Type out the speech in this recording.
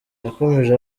yakomeje